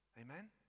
Amen